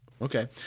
Okay